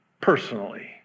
personally